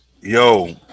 yo